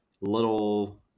little